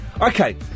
Okay